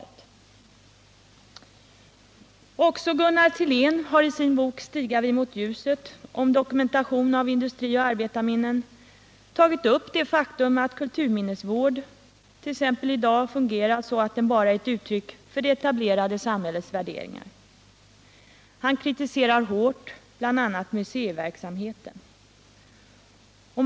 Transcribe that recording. Också Gunnar Sillén har i sin bok Stiga vi mot ljuset — om dokumentation av industrioch arbetarminnen — tagit upp det faktum att som kulturminnesvården t.ex. i dag fungerar så är den bara ett uttryck för det etablerade samhällets värderingar. Han kritiserar hårt bl.a. museiverksamheten.